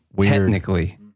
technically